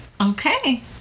okay